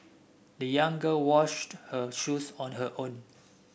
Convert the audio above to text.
the young girl washed her shoes on her own